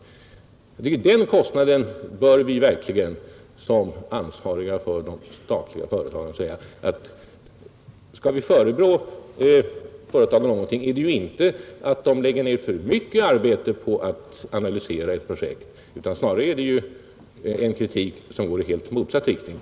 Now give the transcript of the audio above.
Beträffande den kostnaden bör vi verkligen som ansvariga för de statliga företagen säga att skall vi förebrå företagen någonting så är det inte att de lägger ned för mycket arbete på att analysera ett projekt före dess start — snarare borde kritiken gå i helt motsatt riktning.